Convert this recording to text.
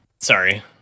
Sorry